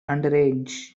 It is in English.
underage